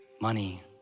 money